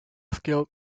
skilled